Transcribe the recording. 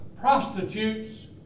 prostitutes